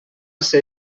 ser